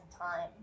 time